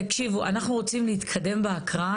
תקשיבו, אנחנו רוצים להתקדם בהקראה.